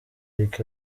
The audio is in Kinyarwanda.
lick